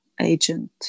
agent